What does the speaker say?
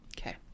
Okay